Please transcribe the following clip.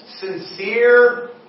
sincere